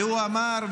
והוא אמר,